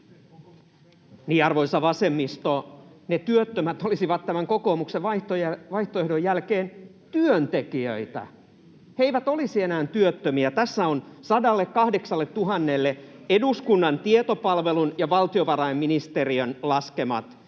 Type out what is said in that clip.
arvoisa vasemmisto, ne työttömät olisivat tämän kokoomuksen vaihtoehdon jälkeen työntekijöitä. He eivät olisi enää työttömiä. Tässä on eduskunnan tietopalvelun ja valtiovarainministeriön laskemat ja